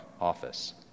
office